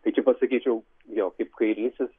taigi pasakyčiau jo kaip kairysis